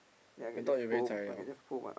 I thought you very zai [liao]